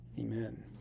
Amen